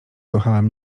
kochałam